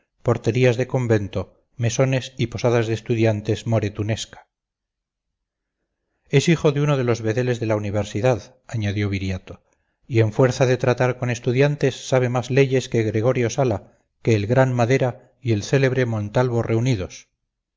porterías de convento mesones y posadas de estudiantes more tunesca es hijo de uno de los bedeles de la universidad añadió viriato y en fuerza de tratar con estudiantes sabe más leyes que gregorio sala que el gran madera y el célebre montalvo reunidos